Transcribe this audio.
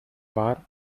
bar